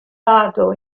vado